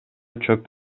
чөп